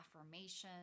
affirmations